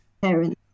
parents